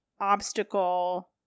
obstacle